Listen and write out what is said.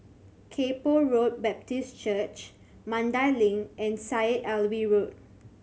Kay Poh Road Baptist Church Mandai Link and Syed Alwi Road